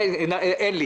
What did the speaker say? אין לי.